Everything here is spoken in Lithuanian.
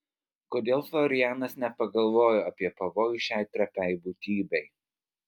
kodėl florianas nepagalvojo apie pavojų šiai trapiai būtybei